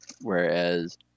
whereas